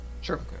Sure